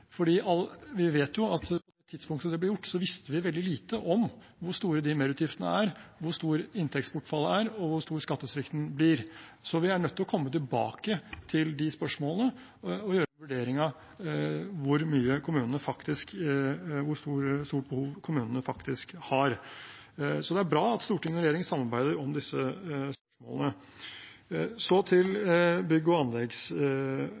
vi vet jo at vi på tidspunktet da det ble gjort, visste veldig lite om hvor store merutgiftene er, hvor stort inntektsbortfallet er, og hvor stor skattesvikten blir. Vi er nødt til å komme tilbake til de spørsmålene og gjøre en vurdering av hvor stort behov kommunene faktisk har, så det er bra at storting og regjering samarbeider om disse spørsmålene. Så til bygg- og